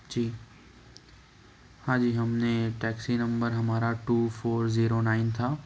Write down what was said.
جی ہاں جی ہم نے ٹیکسی نمبر ہمارا ٹو فور زیرو نائن تھا